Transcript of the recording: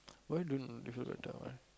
why don't you